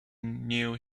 knew